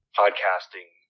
podcasting